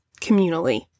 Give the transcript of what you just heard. communally